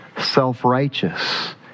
self-righteous